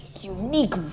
unique